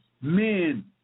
men